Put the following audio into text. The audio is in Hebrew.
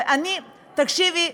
ואני, תוצאה הפוכה, תקשיבי.